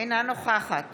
אינה נוכחת